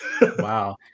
Wow